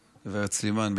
גב' סלימאן,